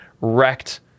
wrecked